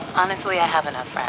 honestly i have enough.